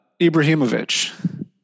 ibrahimovic